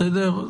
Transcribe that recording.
בסדר,